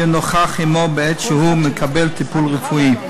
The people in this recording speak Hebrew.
יהיה נוכח עמו בעת שהוא מקבל טיפול רפואי.